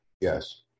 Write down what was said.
Yes